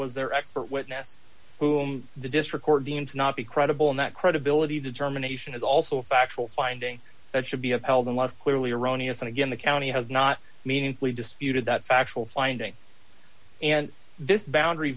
was their expert witness whom the district court deems not be credible not credibility determination is also a factual finding that should be upheld unless clearly erroneous and again the county has not meaningfully disputed that factual finding and this boundary